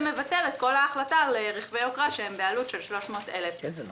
מבטל את כל ההחלטה על רכבי יוקרה שהם בעלות של 300,000 שקל.